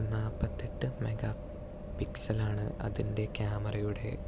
നാപ്പത്തെട്ട് mega പിക്സലാണ് അതിൻ്റെ ക്യാമറയുടെ